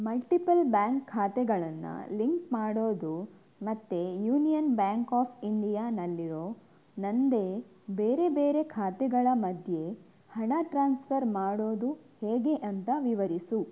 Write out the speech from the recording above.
multiple bank ಖಾತೆಗಳನ್ನು link ಮಾಡೋದು ಮತ್ತು ಯೂನಿಯನ್ ಬ್ಯಾಂಕ್ ಆಫ್ ಇಂಡಿಯಾದಲ್ಲಿರೊ ನನ್ನದೇ ಬೇರೆ ಬೇರೆ ಖಾತೆಗಳ ಮಧ್ಯೆ ಹಣ ಟ್ರಾನ್ಸ್ಫರ್ ಮಾಡೋದು ಹೇಗೆ ಅಂತ ವಿವರಿಸು